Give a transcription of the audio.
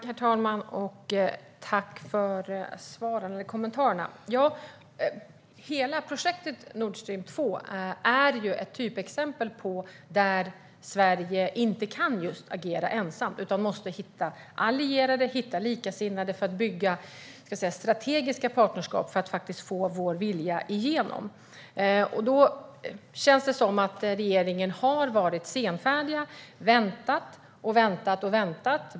Herr talman! Tack för kommentarerna! Hela projektet Nordstream 2 är ju ett typexempel på där Sverige inte kan agera ensamt. Vi måste hitta allierade och likasinnade att bygga strategiska partnerskap med för att vi ska få vår vilja igenom. Det känns som att regeringen har varit senfärdig. Man har väntat och väntat.